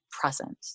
present